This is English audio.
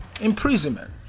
imprisonment